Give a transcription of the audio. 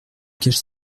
cache